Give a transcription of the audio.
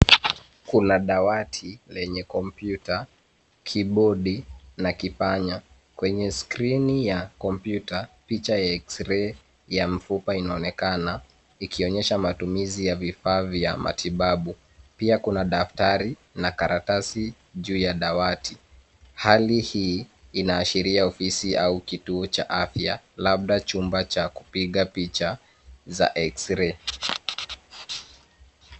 Kuna dawati lenye kompyuta, kibodi na kipanya. Kwneye skrini ya kompyuta picha ya x-ray inaonekana ikionyesha matumizi ya vifaa vya matibabu. Pia kuna daftari na karatasi juu ya dawati. Hali hii inaashiria ofisi au kituo cha afya labda chumba cha kupiga picha za x-ray .